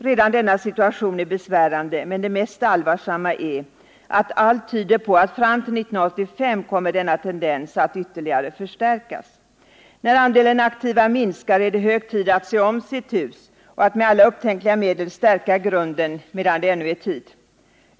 Redan denna situation är besvärande, men det mest allvarliga är att allt tyder på att denna tendens kommer att ytterligare förstärkas fram till 1985. När andelen aktiva minskar är det hög tid att se om sitt hus och att med alla upptänkliga medel stärka grunden medan det ännu är tid.